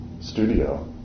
studio